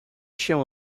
się